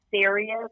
serious